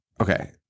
Okay